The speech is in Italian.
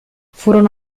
furono